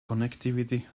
connectivity